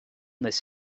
this